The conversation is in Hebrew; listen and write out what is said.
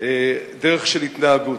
דרך של התנהגות,